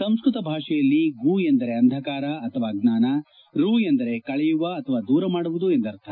ಸಂಸ್ತತ ಭಾಷೆಯಲ್ಲಿ ಗು ಅಂದರೆ ಅಂಧಕಾರ ಅಥವಾ ಅಜ್ವಾನ ರು ಅಂದರೆ ಕಳೆಯುವ ಅಥವಾ ದೂರ ಮಾಡುವುದು ಎಂದರ್ಥ